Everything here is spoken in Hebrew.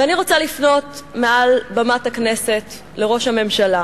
ואני רוצה לפנות מעל במת הכנסת לראש הממשלה,